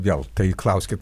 vėl tai klauskit